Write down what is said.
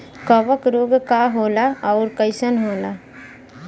कवक रोग का होला अउर कईसन होला?